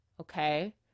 okay